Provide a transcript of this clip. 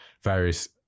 various